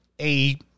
a-